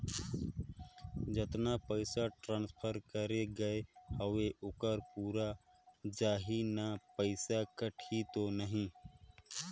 जतना पइसा ट्रांसफर करे गये हवे ओकर पूरा जाही न पइसा कटही तो नहीं?